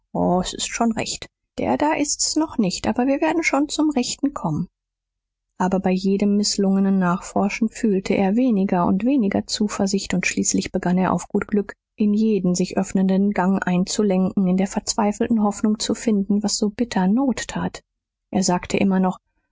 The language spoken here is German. s ist schon recht der da ist's noch nicht aber wir werden schon zum rechten kommen aber bei jedem mißlungenen nachforschen fühlte er weniger und weniger zuversicht und schließlich begann er auf gut glück in jeden sich öffnenden gang einzulenken in der verzweifelten hoffnung zu finden was so bitter not tat er sagte immer noch